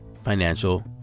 financial